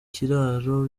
ikiraro